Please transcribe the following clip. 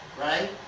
right